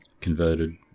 converted